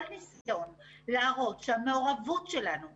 אבל התיקון בפני עצמו, כמו שאמרתי קודם,